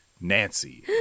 Nancy